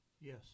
Yes